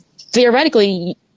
theoretically